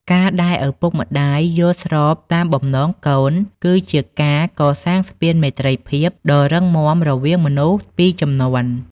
ការដែលឪពុកម្ដាយយល់ស្របតាមបំណងកូន គឺជាការកសាងស្ពានមេត្រីភាពដ៏រឹងមាំរវាងមនុស្សពីរជំនាន់។